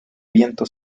viento